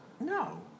No